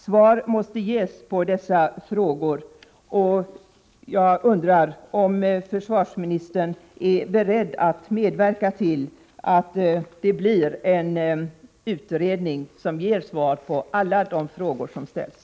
Svar måste ges på dessa frågor. Jag undrar om försvarsministern är beredd att medverka till att det blir en utredning som ger svar på alla de frågor som ställs.